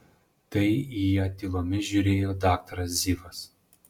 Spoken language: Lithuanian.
tai į ją tylomis žiūrėjo daktaras zivas